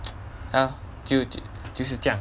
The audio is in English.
ya lor 就是这样